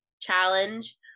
challenge